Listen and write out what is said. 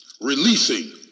Releasing